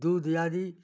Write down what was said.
दूधे आदि